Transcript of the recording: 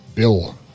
Bill